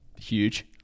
huge